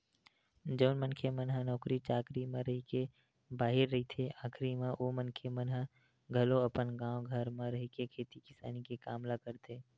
जउन मनखे मन ह नौकरी चाकरी म रहिके बाहिर रहिथे आखरी म ओ मनखे मन ह घलो अपन गाँव घर म रहिके खेती किसानी के काम ल करथे